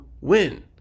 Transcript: win